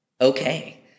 okay